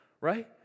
Right